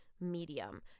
medium